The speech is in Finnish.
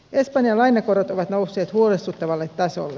espanjan lainakorot ovat nousseet huolestuttavalle tasolle